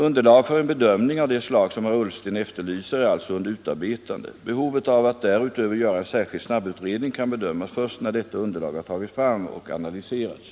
Underlag för en bedömning av det slag som herr Ullsten efterlyser är alltså under utarbetande. Behovet av att därutöver göra en särskild snabbutredning kan bedömas först när detta underlag har tagits fram och analyserats.